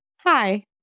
Hi